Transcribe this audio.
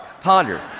ponder